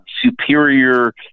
superior